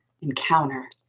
encounter